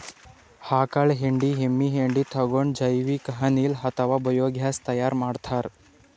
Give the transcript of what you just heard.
ಆಕಳ್ ಹೆಂಡಿ ಎಮ್ಮಿ ಹೆಂಡಿ ತಗೊಂಡ್ ಜೈವಿಕ್ ಅನಿಲ್ ಅಥವಾ ಬಯೋಗ್ಯಾಸ್ ತೈಯಾರ್ ಮಾಡ್ತಾರ್